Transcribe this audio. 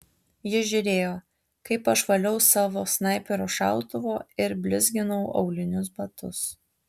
ji žiūrėjo kaip aš valiau savo snaiperio šautuvą ir blizginau aulinius batus